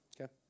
Okay